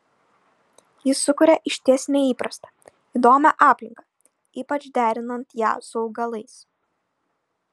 ji sukuria išties neįprastą įdomią aplinką ypač derinant ją su augalais